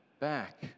back